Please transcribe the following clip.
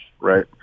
right